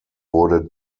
wurde